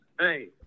Hey